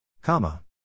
Comma